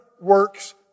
works